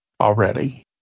already